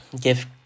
give